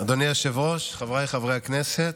אדוני היושב-ראש, חבריי חברי הכנסת,